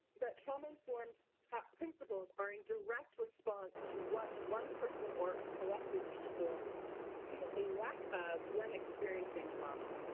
that trauma-informed principles are in direct response to what one person or a collective people feel a lack of when experiencing trauma.